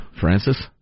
Francis